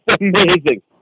amazing